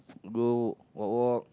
go walk walk